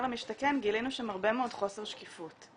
למשתכן' גילינו שם הרבה מאוד חוסר שקיפות.